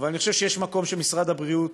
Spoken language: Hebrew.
אבל אני חושב שיש מקום שמשרד הבריאות